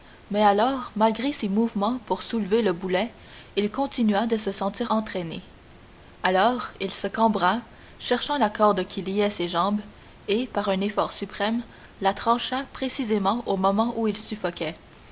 mais alors malgré ses mouvements pour soulever le boulet il continua de se sentir entraîné alors il se cambra cherchant la corde qui liait ses jambes et par un effort suprême il la trancha précisément au moment où il suffoquait